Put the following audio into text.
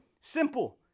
Simple